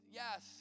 yes